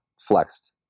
flexed